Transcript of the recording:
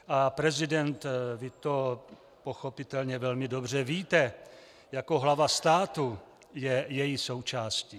A prezident, vy to pochopitelně velmi dobře víte, jako hlava státu je její součástí.